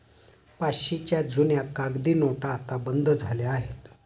पाचशेच्या जुन्या कागदी नोटा आता बंद झाल्या आहेत